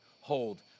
hold